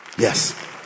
Yes